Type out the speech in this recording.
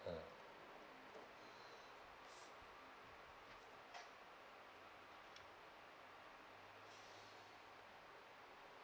uh